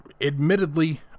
admittedly